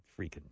Freaking